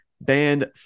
banned